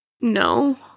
No